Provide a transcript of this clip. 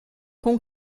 com